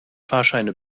fahrscheine